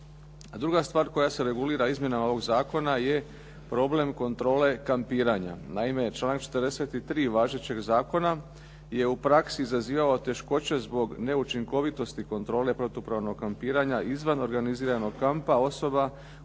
druga stvar koja se regulira izmjenama ovog zakona je problem kontrole kampiranja. Naime, članak 43. važećeg zakona je u praksi zazivao teškoće zbog neučinkovitosti kontrole protuprovalnog kampiranja izvan organiziranog kampa, osoba